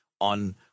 on